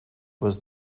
was